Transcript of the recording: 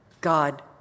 God